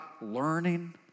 learning